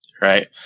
right